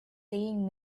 saying